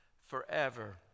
forever